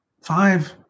five